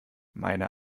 meine